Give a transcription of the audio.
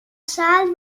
salt